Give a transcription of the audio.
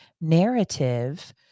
narrative